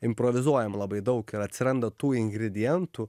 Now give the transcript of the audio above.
improvizuojam labai daug ir atsiranda tų ingredientų